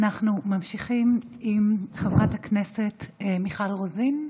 אנחנו ממשיכים עם חברת הכנסת מיכל רוזין,